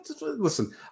Listen